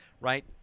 right